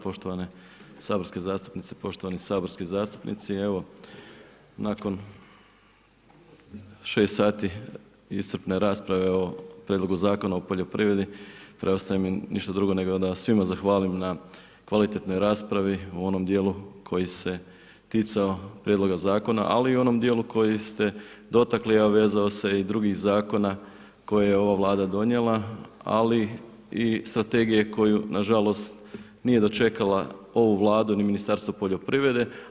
Poštovani saborske zastupnice, poštovani saborski zastupnici, evo, nakon 6 sati iscrpne rasprave o prijedlog Zakona o poljoprivredi, preostaje mi ništa drugo, nego da vam svima zahvalim na kvalitetnoj raspravi, u onom dijelu, koji se ticao prijedloga Zakona, ali i u onom dijelu, koji ste dotakli, a vezao se i drugih zakona, koje je ova vlada donijela, ali i strategije, koju nažalost, nije dočekala ovu vladu ni ministarstvo poljoprivrede.